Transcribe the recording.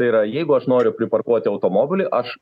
tai yra jeigu aš noriu priparkuoti automobilį aš